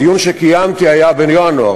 הדיון שקיימתי היה בינואר,